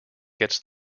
gets